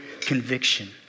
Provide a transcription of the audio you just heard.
conviction